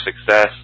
success